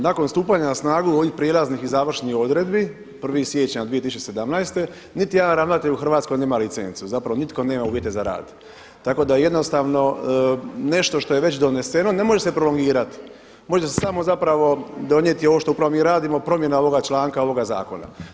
Nakon stupanja na snagu ovih prijelaznih i završih odredbi 1. siječnja 2017. niti jedan ravnatelj u Hrvatskoj nema licencu, zapravo nitko nema uvjete za rad, tako da jednostavno što je već doneseno ne može se prolongirati, može se samo zapravo donijeti ovo što upravo mi radimo promjena ovoga članka ovoga zakona.